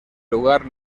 lugar